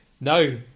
no